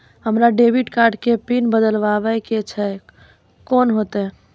हमरा debit card के PIN बदलबावै के छैं से कौन होतै?